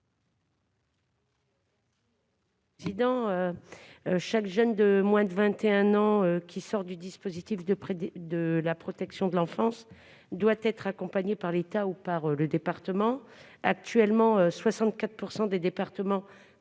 Apourceau-Poly. Chaque jeune de moins de 21 ans qui sort du dispositif de la protection de l'enfance doit être accompagné par l'État ou par le département. Actuellement, 64 % des départements